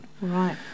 Right